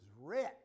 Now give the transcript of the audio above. rich